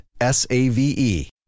S-A-V-E